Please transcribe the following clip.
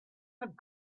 had